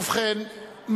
ובכן,